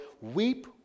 Weep